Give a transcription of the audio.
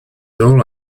all